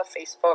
facebook